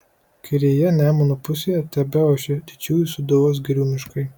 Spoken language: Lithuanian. kairėje nemuno pusėje tebeošė didžiųjų sūduvos girių miškai